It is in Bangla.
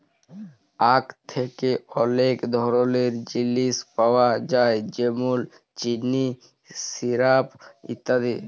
আখ থ্যাকে অলেক ধরলের জিলিস পাওয়া যায় যেমল চিলি, সিরাপ ইত্যাদি